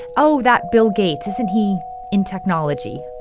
oh, that bill gates, isn't he in technology?